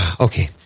Okay